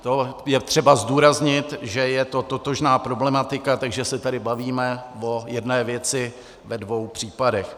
To je třeba zdůraznit, že je to totožná problematika, takže se tady bavíme o jedné věci ve dvou případech.